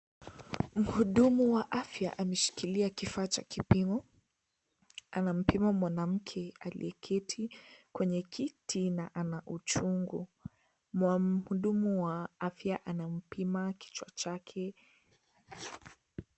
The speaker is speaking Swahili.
Mhudumu wa afya ameshikilia kifaa cha kipimo. Anampima mwanamke aliyeketi kwa kiti na ana uchungu. Mhudumu wa afya anampima kichwa chake.